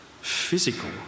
physical